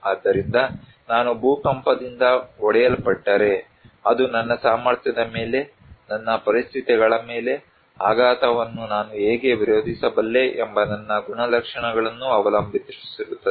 ಆದ್ದರಿಂದ ನಾನು ಭೂಕಂಪದಿಂದ ಹೊಡೆಯಲ್ಪಟ್ಟರೆ ಅದು ನನ್ನ ಸಾಮರ್ಥ್ಯದ ಮೇಲೆ ನನ್ನ ಪರಿಸ್ಥಿತಿಗಳ ಮೇಲೆ ಆಘಾತವನ್ನು ನಾನು ಹೇಗೆ ವಿರೋಧಿಸಬಲ್ಲೆ ಎಂಬ ನನ್ನ ಗುಣಲಕ್ಷಣಗಳನ್ನು ಅವಲಂಬಿಸಿರುತ್ತದೆ